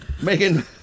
Megan